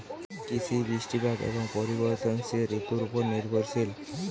কৃষি বৃষ্টিপাত এবং পরিবর্তনশীল ঋতুর উপর নির্ভরশীল